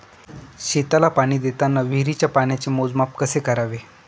शेतीला पाणी देताना विहिरीच्या पाण्याचे मोजमाप कसे करावे?